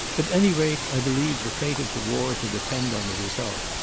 at any rate, i believed the fate of the war to depend on the result.